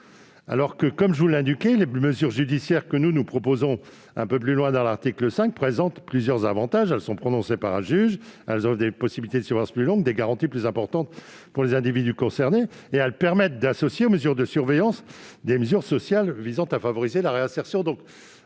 alors que, comme je l'ai indiqué, les mesures judiciaires que nous proposons à l'article 5 présentent plusieurs avantages : elles sont prononcées par un juge, elles offrent des possibilités de surveillance plus longue et des garanties plus importantes pour les individus concernés et permettent d'associer aux mesures de surveillance des mesures sociales visant à favoriser la réinsertion.